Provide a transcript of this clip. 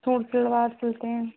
suit salwar सिलते हैं